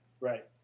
Right